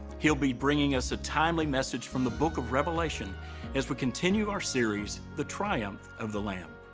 he'll be bringing us a timely message from the book of revelation as we continue our series, the triumph of the lamb.